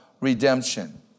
redemption